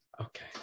Okay